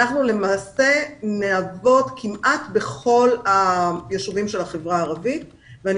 אנחנו למעשה נעבוד כמעט בכל הישובים של החברה הערבית ואני